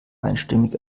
einstimmig